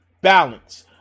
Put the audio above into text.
balance